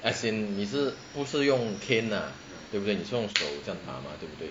as in 你是不是用 cane lah 你是用手这样打吗对不对